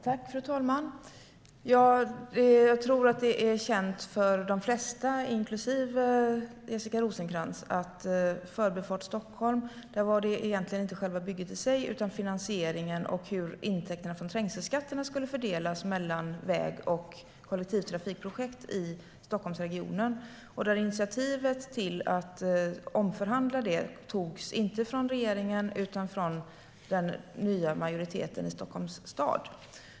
Fru talman! Jag tror att det är känt för de flesta, inklusive Jessica Rosencrantz, att frågan om Förbifart Stockholm egentligen inte gällde själva bygget i sig utan finansieringen och hur intäkterna från trängselskatten skulle fördelas mellan väg och kollektivtrafikprojekt i Stockholmsregionen. Initiativet till att omförhandla detta togs inte av regeringen utan av den nya majoriteten i Stockholms stad.